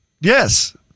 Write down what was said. Yes